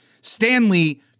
Stanley